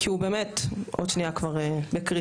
כי הוא באמת עוד שנייה כבר בקריסה.